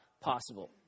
possible